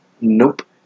Nope